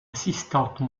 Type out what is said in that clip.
assistante